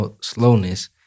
slowness